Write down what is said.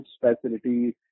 facilities